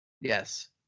Yes